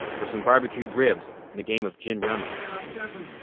for some barbecued ribs and a game of gin rummy yeah um